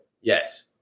Yes